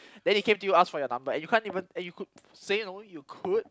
then he came to you ask for your number and you can't even and you could say no you could